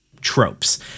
tropes